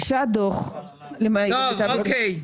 אוקיי,